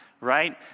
right